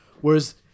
Whereas